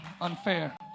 unfair